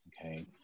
okay